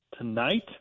tonight